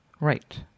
Right